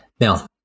now